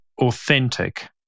authentic